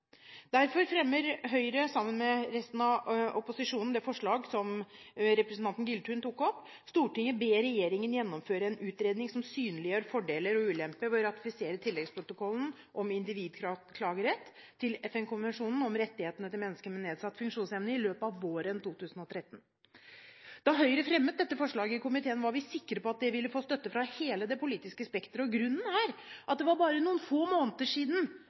Derfor fremmer Høyre sammen med Fremskrittspartiet og Kristelig Folkeparti det forslag som representanten Giltun tok opp: «Stortinget ber regjeringen i løpet av våren 2013 gjennomføre en utredning som synliggjør fordeler og ulemper ved å ratifisere tilleggsprotokollen om individklagerett til FN-konvensjonen om rettighetene til mennesker med nedsatt funksjonsevne.» Da Høyre fremmet dette forslaget i komiteen, var vi sikre på at det ville få støtte fra hele det politiske spekteret. Grunnen er at for bare noen få måneder siden